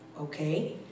okay